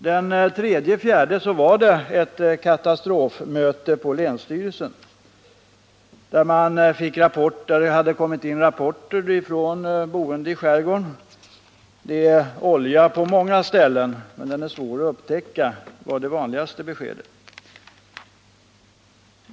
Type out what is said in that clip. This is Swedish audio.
Den 3 april var det ett katastrofmöte på länsstyrelsen, där det hade kommit in rapporter från boende i skärgården. Det är olja på många ställen men den är svår att upptäcka, var det vanligaste beskedet.